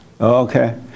Okay